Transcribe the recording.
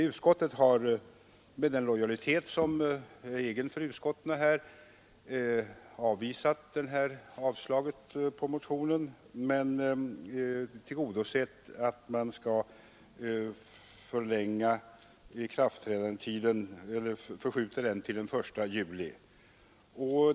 Utskottet har, med den lojalitet som är egen för utskotten, avvisat motionens avslagsyrkande, men gått med på att förskjuta ikraftträdandetiden till den 1 juli.